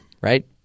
right